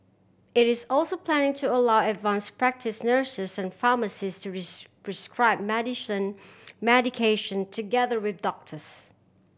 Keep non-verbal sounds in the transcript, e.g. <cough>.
it is also planning to allow advance practice nurses and pharmacists to <unintelligible> prescribe medicine medication together with doctors